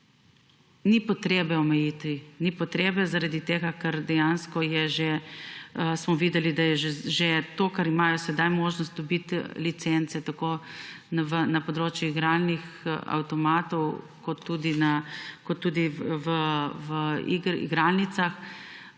Ni potrebe omejiti, ni potrebe, zaradi tega ker smo dejansko videli, da imamo za to, za kar imajo sedaj možnost dobiti licence, tako na področju igralnih avtomatov kot tudi v igralnicah